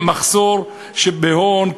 מחסור בהון,